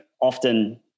often